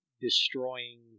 destroying